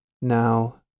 Now